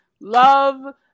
love